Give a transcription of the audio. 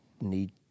need